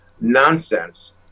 nonsense